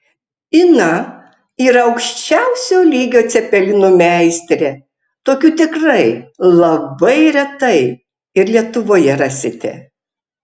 ina yra aukščiausio lygio cepelinų meistrė tokių tikrai labai retai ir lietuvoje rasite